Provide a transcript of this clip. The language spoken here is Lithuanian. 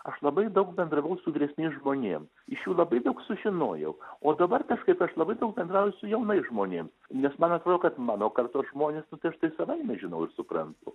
aš labai daug bendravau su vyresniais žmonėm iš jų labai daug sužinojau o dabar kažkaip aš labai daug bendrauju su jaunais žmonėm nes man atrodo kad mano kartos žmonės nu tai aš tai savaime žinau ir suprantu